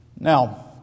Now